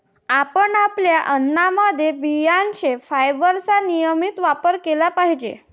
आपण आपल्या अन्नामध्ये बियांचे फायबरचा नियमित वापर केला पाहिजे